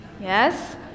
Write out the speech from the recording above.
yes